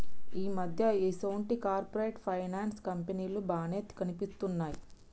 ఈ మధ్య ఈసొంటి కార్పొరేట్ ఫైనాన్స్ కంపెనీలు బానే కనిపిత్తున్నయ్